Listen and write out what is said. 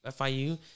FIU